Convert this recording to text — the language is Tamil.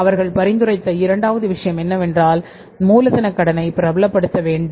அவர்கள் பரிந்துரைத்த இரண்டாவது விஷயம் என்னவென்றால் மூலதனக் கடனை பிரபலப்படுத்த வேண்டும்